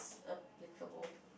applicable